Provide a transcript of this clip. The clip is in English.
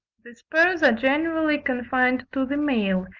the spurs are generally confined to the male,